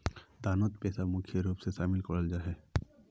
दानोत पैसा मुख्य रूप से शामिल कराल जाहा